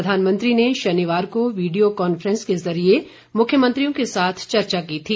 प्रधानमंत्री ने शनिवार को वीडियो कांफ्रेंस के जरिये मुख्यमंत्रियों के साथ चर्चा की थी